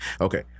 Okay